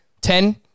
Ten